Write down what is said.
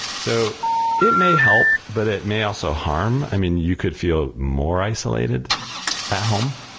so it may help, but it may also harm. i mean, you could feel more isolated home.